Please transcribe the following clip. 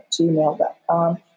gmail.com